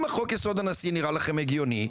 אם החוק יסוד הנשיא נראה לכם הגיוני,